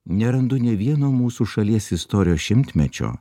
nerandu nė vieno mūsų šalies istorijos šimtmečio